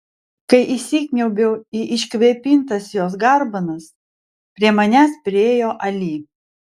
kai įsikniaubiau į iškvėpintas jos garbanas prie manęs priėjo ali